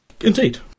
Indeed